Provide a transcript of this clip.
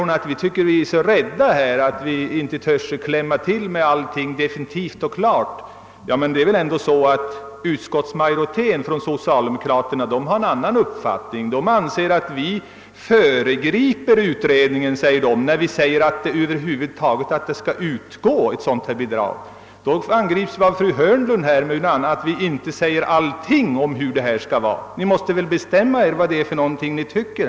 Enligt fru Hörnlund är vi så rädda att vi inte törs klämma till med allt definitivt och på en gång. Den socialdemokratiska utskottsmajoriteten har ju en annan uppfattning — den anser att vi föregriper utredningen när vi säger att ett bidrag bör utgå. Fru Hörnlund angriper oss nu för att vi inte säger allt om hur det skall vara. Ni måste väl bestämma er för vad ni skall tycka.